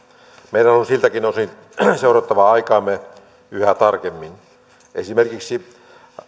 meidän on siltäkin osin seurattava aikaamme yhä tarkemmin esimerkiksi